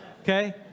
Okay